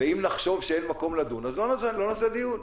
ואם נחשוב שאין מקום לדון, אז לא נעשה דיון.